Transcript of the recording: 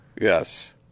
Yes